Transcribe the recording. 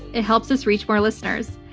it helps us reach more listeners.